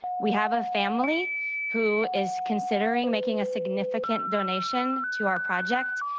we have a family who is considering making a significant donation to our project,